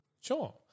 Sure